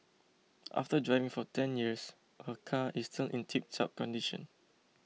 after driving for ten years her car is still in tiptop condition